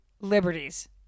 liberties